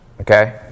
okay